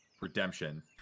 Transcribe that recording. Redemption